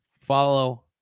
Follow